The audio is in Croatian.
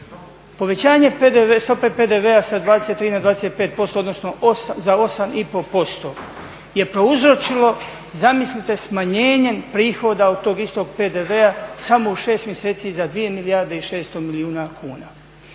Povećanje stope PDV-a sa 23 na 25% odnosno za 8,5% je prouzročilo zamislite smanjenje prihoda od tog istog PDV-a samo u 6 mjeseci za 2 milijarde i 600 milijuna kuna.